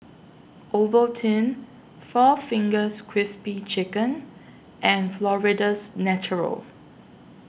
Ovaltine four Fingers Crispy Chicken and Florida's Natural